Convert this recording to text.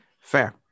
Fair